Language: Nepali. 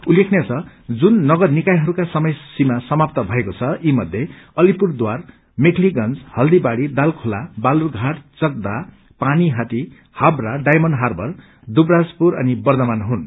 उल्लेखनीय छ जुन नगरनिकायहरूका समय सीमा समाप्त भएको छ यी मध्ये अलिपुरद्वार मेखतीगंज हल्दीबाड़ी दालखोला बालुरघाटचकदाह पानीहाटी हाबरा डायमण्ड हार्बर दुवराजपुर अनि वर्छमान हुन्